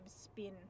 spin